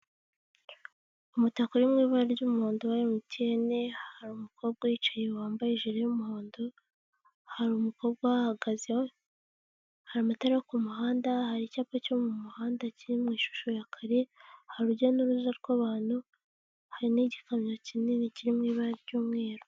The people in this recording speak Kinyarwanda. Umutaka uri mu ibara ry'umuhondo wa emutiyene, hari umukobwa uhicaye wambaye ijiri y'umuhondo, hari umukobwa ahahagaze, hari amatara ku muhanda, hari icyapa cyo mu muhanda kiri mu ishusho ya kare, hari urujya n'uruza rw'abantu, hari n'igikamyo kinini kirimo ibara ry'umweru.